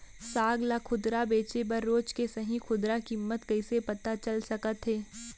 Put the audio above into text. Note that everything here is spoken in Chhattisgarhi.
साग ला खुदरा बेचे बर रोज के सही खुदरा किम्मत कइसे पता चल सकत हे?